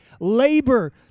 Labor